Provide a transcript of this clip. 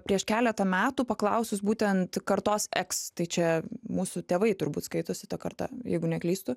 prieš keletą metų paklausus būtent kartos eks tai čia mūsų tėvai turbūt skaitosi ta karta jeigu neklystu